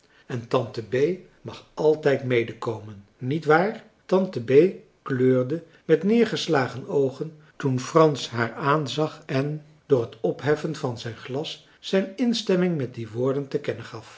en tante bee mag altijd mede komen niet waar tante bee kleurde met neergeslagen oogen toen frans haar aanzagen door het opheffen van zijn glas zijn instemming met die woorden te kennen gaf